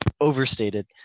overstated